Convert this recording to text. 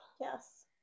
Yes